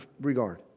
regard